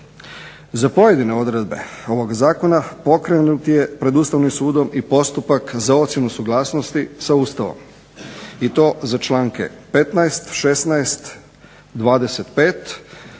Za pojedine odredbe ovog Zakona pokrenut je pred Ustavnim sudom i postupak za ocjenu suglasnosti sa Ustavom i to za članke 15., 16., 25.,